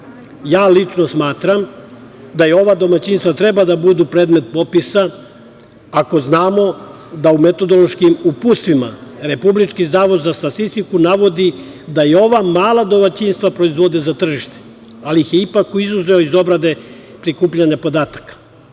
Ja lično smatram da ova domaćinstva treba da budu predmet popisa, ako znamo da u metodološkim uputstvima Republički zavoda za statistiku navodi da i ova mala domaćinstva proizvode za tržište, ali ih je ipak izuzeo iz obrade prikupljanja podataka. Samim